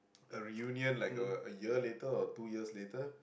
a reunion like a year later or two years later